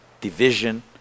Division